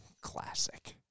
classic